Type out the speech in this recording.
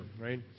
right